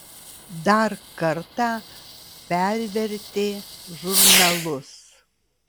dar kartą pervertė žurnalus